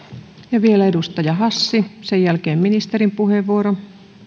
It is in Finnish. ja vielä edustaja hassi sen jälkeen ministerin puheenvuoro